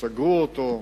שסגרו אותו,